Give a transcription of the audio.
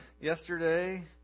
yesterday